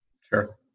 Sure